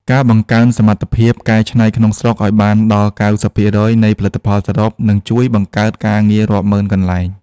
ការបង្កើនសមត្ថភាពកែច្នៃក្នុងស្រុកឱ្យបានដល់ ៩០% នៃផលផលិតសរុប នឹងជួយបង្កើតការងាររាប់ម៉ឺនកន្លែង។